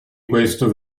questo